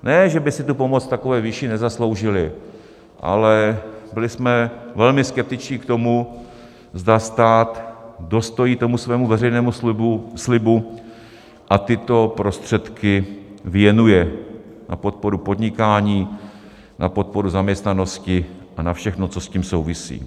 Ne že by si tu pomoc v takové výši nezasloužili, ale byli jsme velmi skeptičtí k tomu, zda stát dostojí tomu svému veřejnému slibu a tyto prostředky věnuje na podporu podnikání, na podporu zaměstnanosti a na všechno, co s tím souvisí.